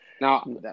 Now